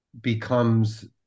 becomes –